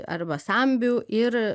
arba sambių ir